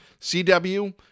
CW